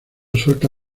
suelta